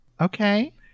Okay